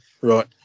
right